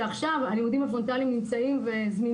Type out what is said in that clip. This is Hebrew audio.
כשעכשיו הלימודים הפרונטליים זמינים